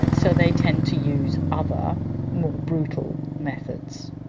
so they tend to use other more brutal methods.